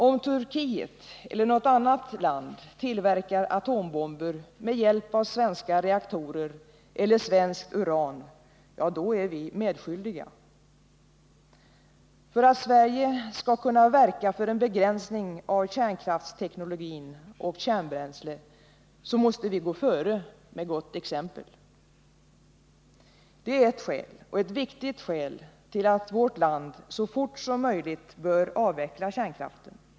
Om Turkiet eller något annat land tillverkar atombomber med hjälp av svenska reaktorer eller svenskt uran, då är vi medskyldiga. För att Sverige skall kunna verka för en begränsning av kärnkraftsteknologin och kärnbränsle måste vi gå före med gott exempel. Det är ett skäl, och ett viktigt skäl, till att vårt land så fort som möjligt bör avveckla kärnkraften.